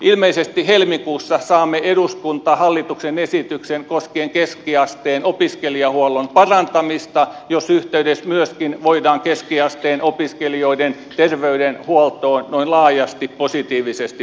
ilmeisesti helmikuussa saamme eduskuntaan hallituksen esityksen koskien keskiasteen opiskelijahuollon parantamista ja siinä yhteydessä voidaan keskiasteen opiskelijoiden terveydenhuoltoon noin laajasti positiivisesti puuttua